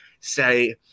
say